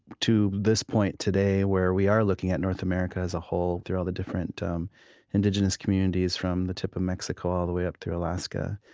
to this point today where we are looking at north america as a whole through all the different um indigenous communities from the tip of mexico all the way up through alaska,